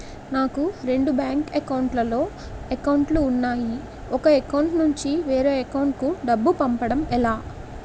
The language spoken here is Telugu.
నాకు రెండు బ్యాంక్ లో లో అకౌంట్ లు ఉన్నాయి ఒక అకౌంట్ నుంచి వేరే అకౌంట్ కు డబ్బు పంపడం ఎలా?